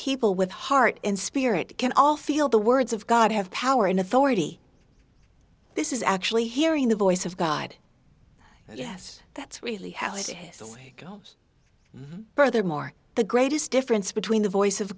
people with heart and spirit can all feel the words of god have power and authority this is actually hearing the voice of god yes that's really how it goes further more the greatest difference between the voice of